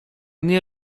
nie